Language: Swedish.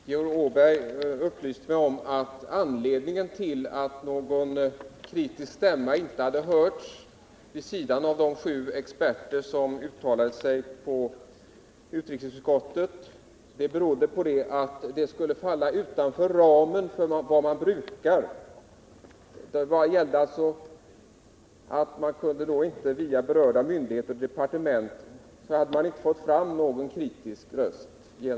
Fru talman! Georg Åberg upplyste mig om att anledningen till att någon kritisk stämma inte hade hörts vid sidan av de sju experter som uttalade sig hos utrikesutskottet var att det skulle falla utanför ramen för vad man brukar göra. Genom att vända sig direkt till berörda myndigheter och departement hade man inte fått fram någon kritisk röst.